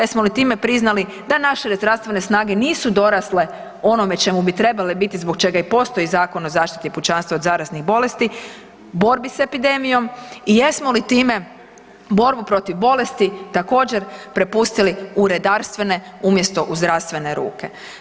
Jesmo li time priznali da naš zdravstvene snage nisu dorasle onome čemu bi trebale biti i zbog čega postoji Zakon o zaštiti pučanstva od zaraznih bolesti, borbi s epidemijom i jesmo li time borbu protiv bolesti također prepustili u redarstvene umjesto u zdravstvene ruke?